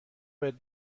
بهت